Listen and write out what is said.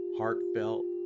heartfelt